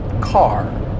car